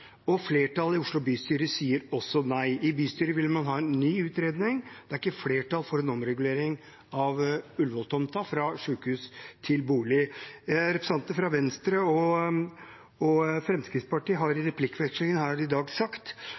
og flertallet i Oslo bystyre sier også nei. I bystyret vil man ha en ny utredning. Det er ikke flertall for en omregulering av Ullevål-tomten fra sykehus til boliger. Representanter fra Venstre og Fremskrittspartiet har i replikkvekslinger her i dag sagt